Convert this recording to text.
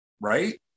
right